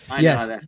yes